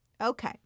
Okay